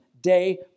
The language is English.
day